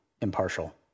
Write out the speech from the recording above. impartial